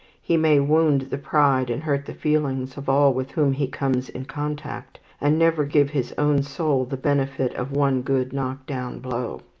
he may wound the pride and hurt the feelings of all with whom he comes in contact, and never give his own soul the benefit of one good knockdown blow.